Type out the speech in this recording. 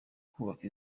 kubaka